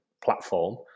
platform